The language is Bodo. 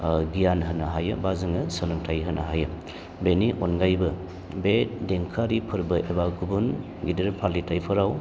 गियान होनो हायो बा जोङो सोलोंथाय होनो हायो बेनि अनगायैबो बे देंखोआरि फोरबो एबा गुबुन गिदिर फालिथायफोराव